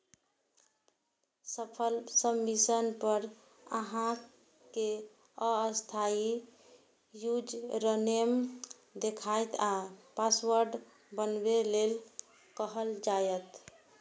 सफल सबमिशन पर अहां कें अस्थायी यूजरनेम देखायत आ पासवर्ड बनबै लेल कहल जायत